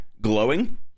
glowing